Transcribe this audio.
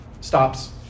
Stops